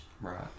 Right